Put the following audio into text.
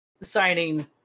signing